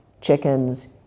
chickens